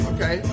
Okay